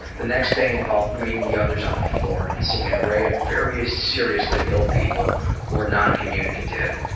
the next day involved meeting the others on the floor and seeing an array of various seriously ill people who are non-communicative,